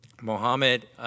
Mohammed